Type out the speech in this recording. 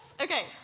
Okay